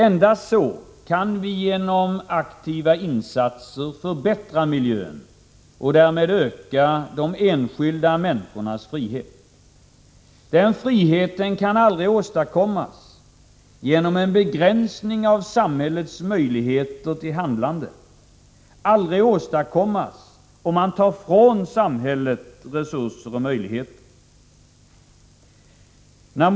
Endast så kan vi genom aktiva insatser förbättra miljön och därmed öka de enskilda människornas frihet. Den friheten kan aldrig åstadkommas genom en begränsning av samhällets möjligheter till handlande, aldrig åstadkommas om man tar ifrån samhället resurser och möjligheter.